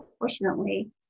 unfortunately